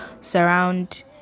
surround